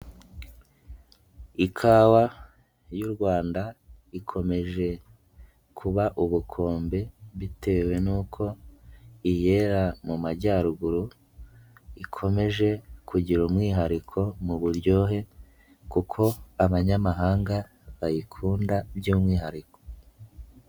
Ikawa y'u Rwanda ikomeje kuba ubukombe, bitewe n'uko iyera mu majyaruguru, ikomeje kugira umwihariko mu buryohe kuko abanyamahanga bayikunda by'umwihariko.